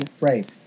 right